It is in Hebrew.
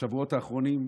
בשבועות האחרונים.